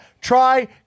Try